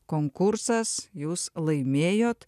konkursas jūs laimėjot